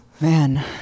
man